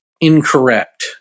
incorrect